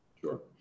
Sure